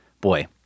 boy